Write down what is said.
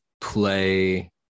play